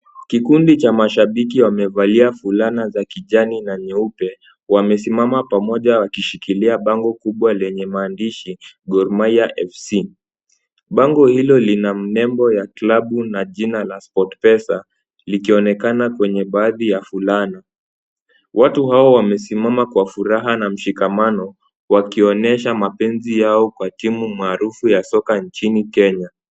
Kikundi cha mashabiki wamevalia fulana za kijani na nyeupe, wamesimama pamoja wakishikilia bango kubwa lenye maandishi Gor Mahia FC, bango hilo lina mnembo ya klabu na jina la Sportpesa, likionekana kwenye baadhi ya fulana, watu hao wamesimama kwa furaha na mshikamano, wakionyesha mapenzi yao kwa timu maarufu ya soka nchini Kenya.